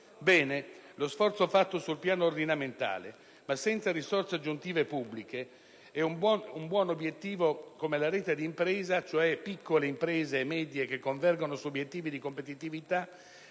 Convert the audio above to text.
lo sforzo compiuto sul piano ordinamentale, ma senza risorse aggiuntive pubbliche un buon obiettivo, come la rete d'impresa - cioè piccole e medie imprese che convergono su obiettivi di competitività